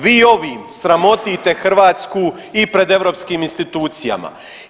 Vi ovim sramotite Hrvatsku i pred europskim institucijama.